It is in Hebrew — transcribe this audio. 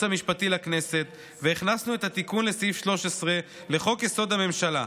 המשפטי לכנסת והכנסנו את התיקון לסעיף 13 לחוק-יסוד: הממשלה.